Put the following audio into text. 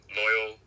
loyal